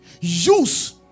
Use